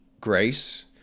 grace